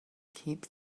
keep